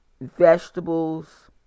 vegetables